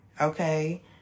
Okay